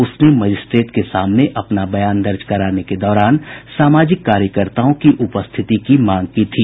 उसने मजिस्ट्रेट के सामने अपना बयान दर्ज कराने के दौरान सामाजिक कार्यकर्ताओं की उपस्थिति की मांग की थी